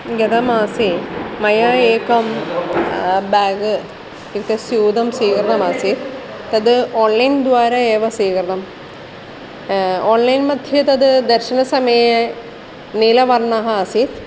गतमासे मया एकं बेग् इत्युक्ते स्यूतं स्वीकरणीयमासीत् तद् आन्लैन् द्वारा एव स्वीकरणम् ओण्लैन् मध्ये तद् दर्शनसमये नीलवर्णः आसीत्